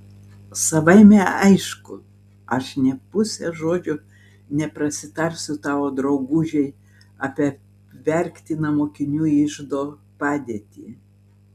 savaime aišku aš nė puse žodžio neprasitarsiu tavo draugužei apie apverktiną mokinių iždo padėtį